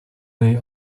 jej